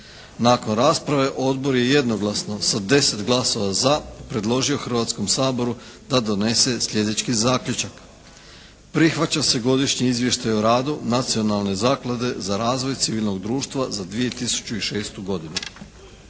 Nakon rasprave odbor je jednoglasno sa 10 glasova za predložio Hrvatskom saboru da donese sljedeći zaključak. Prihvaća se godišnji izvještaj o radu Nacionalne zaklade za razvoj civilnog društva za 2006. godinu.